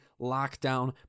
lockdown